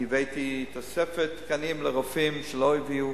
אני הבאתי תוספת תקנים לרופאים שלא הביאו,